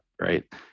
right